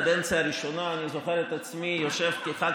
מהקדנציה הראשונה אני זוכר את עצמי יושב כח"כ